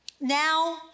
now